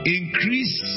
increase